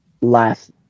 last